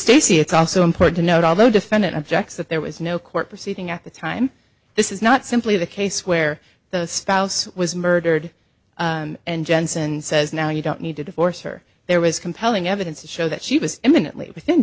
stacy it's also important to note although defendant objects that there was no court proceeding at the time this is not simply the case where the spouse was murdered and jensen says now you don't need to divorce her there was compelling evidence to show that she was imminently within